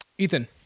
Ethan